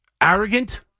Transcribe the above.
Arrogant